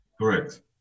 Correct